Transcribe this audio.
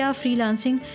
freelancing